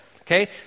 Okay